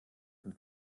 mit